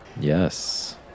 Yes